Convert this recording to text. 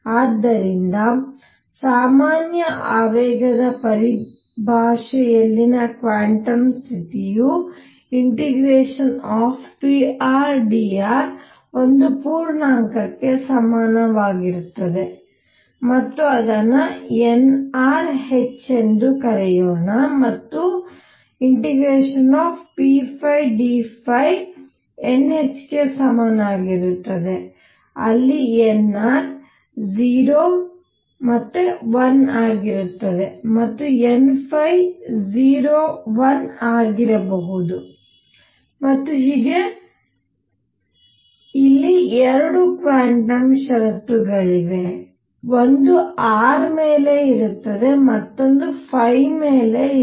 ಆದ್ದರಿಂದ ಸಾಮಾನ್ಯ ಆವೇಗದ ಪರಿಭಾಷೆಯಲ್ಲಿನ ಕ್ವಾಂಟಮ್ ಸ್ಥಿತಿಯು ∫prdr ಒಂದು ಪೂರ್ಣಾಂಕಕ್ಕೆ ಸಮನಾಗಿರುತ್ತದೆ ಮತ್ತು ಅದನ್ನು nr h ಎಂದು ಕರೆಯೋಣ ಮತ್ತು ∫pdϕ nh ಗೆ ಸಮನಾಗಿರುತ್ತದೆ ಅಲ್ಲಿ nr 0 1 ಆಗಿರುತ್ತದೆ ಮತ್ತು n 0 1ಆಗಿರಬಹುದು ಮತ್ತು ಹೀಗೆ ಇಲ್ಲಿ 2 ಕ್ವಾಂಟಮ್ ಷರತ್ತುಗಳು ಇವೆ ಒಂದು r ಮೇಲೆ ಇರುತ್ತದೆ ಮತ್ತು ಇನ್ನೊಂದು ಮೇಲೆ ಇವೆ